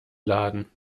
laden